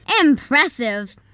Impressive